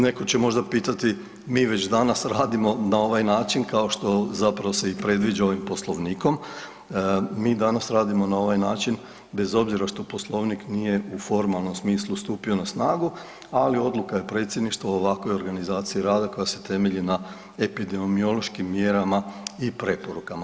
Netko će možda pitati, mi već danas radimo na ovaj način kao što zapravo se i predviđa ovim Poslovnikom, mi danas radimo na ovaj način bez obzira što Poslovnik nije u formalnom smislu stupio na snagu, ali odluka je Predsjedništva o ovakvoj organizaciji rada koja se temelji epidemiološkim mjerama i preporukama.